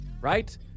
right